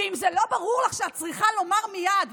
ואם זה לא ברור לך שאת צריכה לומר מייד,